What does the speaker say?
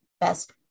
best